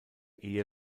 ehe